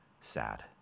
sad